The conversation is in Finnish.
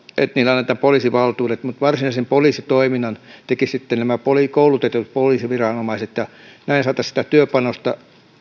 että heille annetaan poliisivaltuudet mutta varsinaisen poliisitoiminnan tekisivät koulutetut poliisiviranomaiset näin saataisiin työpanosta